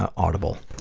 ah audible.